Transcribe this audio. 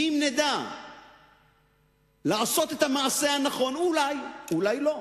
ואם נדע לעשות את המעשה הנכון, אולי, ואולי לא,